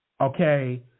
Okay